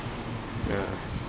ya